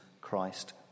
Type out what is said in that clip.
Christ